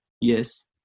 Yes